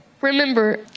remember